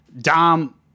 Dom